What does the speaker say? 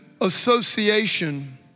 association